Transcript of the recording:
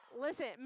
listen